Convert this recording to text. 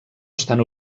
estan